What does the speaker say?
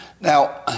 Now